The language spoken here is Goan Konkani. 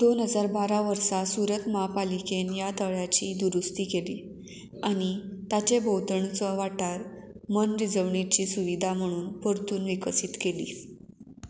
दोन हजार बारा वर्सा सूरत महापालिकेन ह्या तळ्याची दुरुस्ती केली आनी ताचे भोंवतणचो वाठार मनरिजवणेची सुविधा म्हणून परतून विकसीत केली